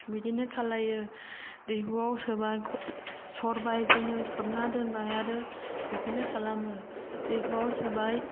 बिदिनो खालायो दैहुआव सोबाय सरबाय जोङो खोबना दोनबाय आरो बिदिनो खालामो दैहुआव सोबाय